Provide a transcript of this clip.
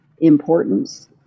importance